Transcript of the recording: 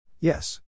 Yes